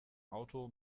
auto